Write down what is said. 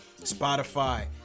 Spotify